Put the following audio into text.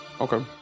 Okay